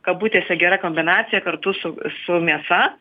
kabutėse gera kombinacija kartu su su mėsa